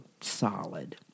solid